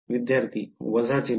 विद्यार्थी वजा चिन्ह